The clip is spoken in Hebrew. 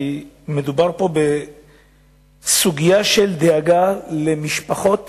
כי מדובר פה בסוגיה של דאגה למשפחות